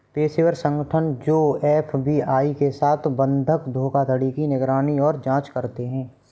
पेशेवर संगठन जो एफ.बी.आई के साथ बंधक धोखाधड़ी की निगरानी और जांच करते हैं